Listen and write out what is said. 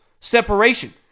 separation